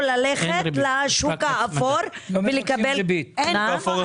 ללכת לשוק האפור ולקבל --- אין ריבית,